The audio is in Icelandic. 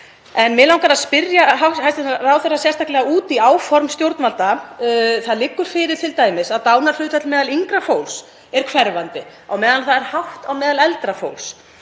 Mig langar að spyrja hæstv. ráðherra sérstaklega út í áform stjórnvalda. Það liggur fyrir t.d. að dánarhlutfall meðal yngra fólks er hverfandi á meðan það er hátt á meðal eldra fólks